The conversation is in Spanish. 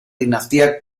dinastía